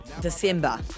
December